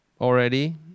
already